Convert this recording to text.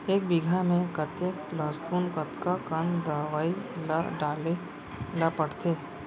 एक बीघा में कतेक लहसुन कतका कन दवई ल डाले ल पड़थे?